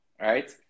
right